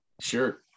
sure